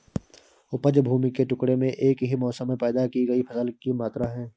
उपज भूमि के टुकड़े में एक ही मौसम में पैदा की गई फसल की मात्रा है